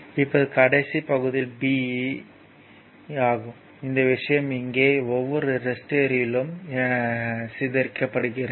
இப்போது கடைசி b பகுதியில் b ஆகும் இந்த விஷயம் இங்கே ஒவ்வொரு ரெசிஸ்டர்யிலும் சிதறடிக்கப்படுகிறது